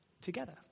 together